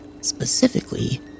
specifically